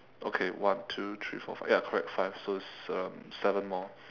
okay one two three four five ya correct five so it's um seven more